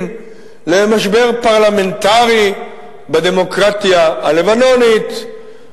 למשבר פרלמנטרי בדמוקרטיה הלבנונית,